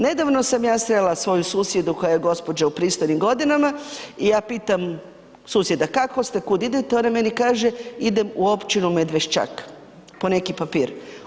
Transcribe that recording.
Nedavno sam ja srela svoju susjedu koja je gđa. u pristojnim godinama i ja pitam susjeda kako ste, kud idete, ona meni kaže, idem u općinu Medveščak po neki papir.